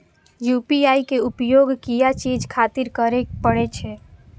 UPI के उपयोग किया चीज खातिर करें परे छे?